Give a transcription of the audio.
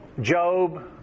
Job